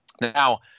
Now